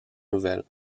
nouvelle